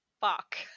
fuck